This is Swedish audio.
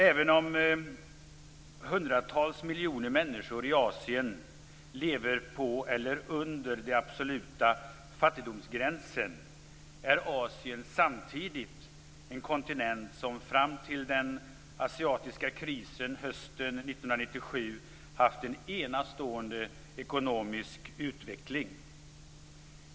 Även om hundratals miljoner människor i Asien lever på eller under den absoluta fattigdomsgränsen är Asien samtidigt en kontinent som fram till den asiatiska krisen hösten 1997 haft en enastående ekonomisk utveckling.